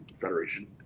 Federation